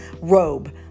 robe